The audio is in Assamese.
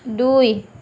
দুই